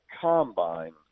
Combine